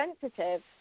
sensitive